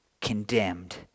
condemned